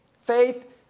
Faith